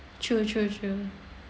true true true